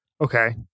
Okay